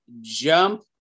jump